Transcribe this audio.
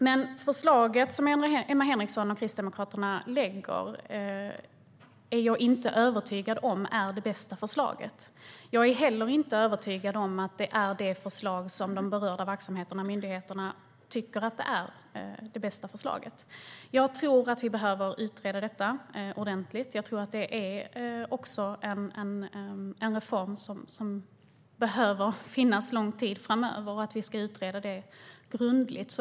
Men jag är inte övertygad om att det förslag som Emma Henriksson och Kristdemokraterna lägger fram är det bästa förslaget. Jag är heller inte övertygad om att det är det förslag som de berörda verksamheterna och myndigheterna tycker är bäst. Jag tror att vi behöver utreda detta ordentligt. Jag tror att det är en reform som behöver finnas lång tid framöver och att vi ska utreda det grundligt.